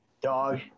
Dog